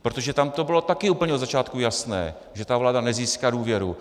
Protože tam to bylo také úplně od začátku jasné, že vláda nezíská důvěru.